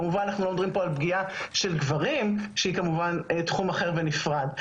כמובן אנחנו מדברים פה על פגיעה של גברים שהיא כמובן תחום אחר ונפרד.